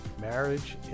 marriage